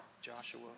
Joshua